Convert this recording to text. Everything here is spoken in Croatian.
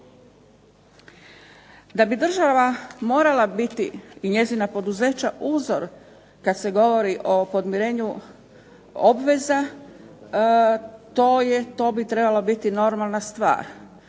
Da bi država morala biti i njezina poduzeća uzor kada se govori o podmirenju obveza, to bi trebala biti normalna stvar.